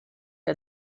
que